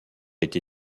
été